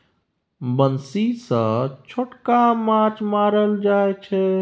बंसी सँ छोटका माछ मारल जाइ छै